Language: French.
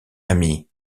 ami